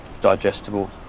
digestible